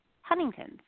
Huntington's